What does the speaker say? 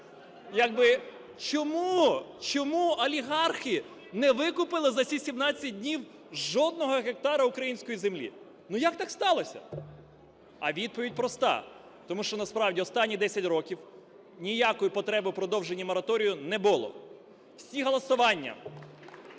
Як би чому, чому олігархи не викупили за ці 17 днів жодного гектару української землі? Ну, як так сталося? А відповідь проста: тому що насправді останні 10 років ніякої потреби у продовженні мораторію не було. Всі голосування,